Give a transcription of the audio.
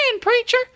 preacher